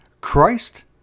christ